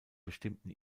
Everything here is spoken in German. bestimmten